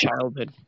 childhood